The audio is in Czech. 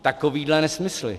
Takovéhle nesmysly.